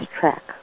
track